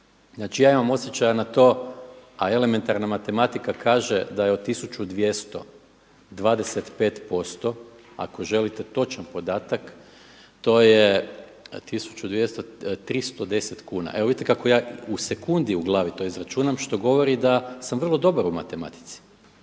ja imam osjećaja za to, a elementarna matematika kaže da je od 1200 25% ako želite točan podatak to je 310 kuna, evo vidite kako ja to u sekundi u glavi to izračunam što govori da sam vrlo dobar u matematici